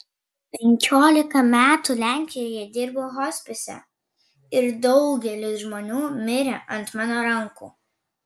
penkiolika metų lenkijoje dirbau hospise ir daugelis žmonių mirė ant mano rankų